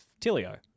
Tilio